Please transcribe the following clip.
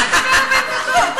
על מה תדבר 40 דקות?